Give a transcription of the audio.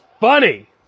funny